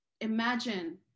imagine